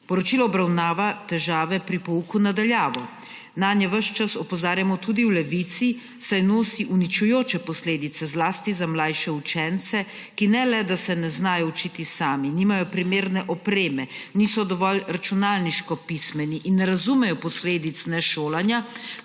Poročilo obravnava težave pri pouku na daljavo. Nanje ves čas opozarjamo tudi v Levici, saj nosi uničujoče posledice zlasti za mlajše učence, ki ne le da se ne znajo učiti sami, nimajo primerne opreme, niso dovolj računalniško pismeni in ne razumejo posledic nešolanja,